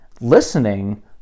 Listening